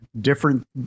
different